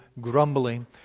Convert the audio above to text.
grumbling